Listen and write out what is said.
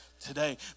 today